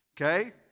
Okay